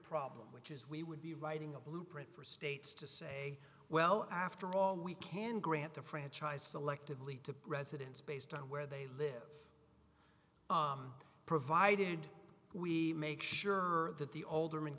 problem which is we would be writing a blueprint for states to say well after all we can grant the franchise selectively to residents based on where they live provided we make sure that the alderman